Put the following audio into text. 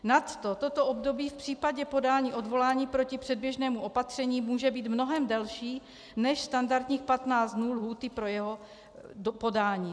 Nadto toto období v případě podání odvolání proti předběžnému opatření může být mnohem delší než standardních 15 dnů lhůty pro jeho podání.